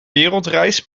wereldreis